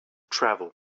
travel